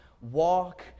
walk